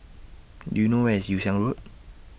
Do YOU know Where IS Yew Siang Road